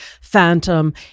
Phantom